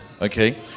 Okay